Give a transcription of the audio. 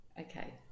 Okay